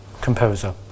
composer